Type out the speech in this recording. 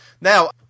Now